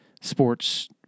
sports